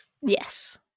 Yes